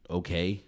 okay